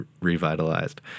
revitalized